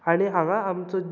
आनी हांगा आमचो